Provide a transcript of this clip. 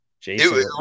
Jason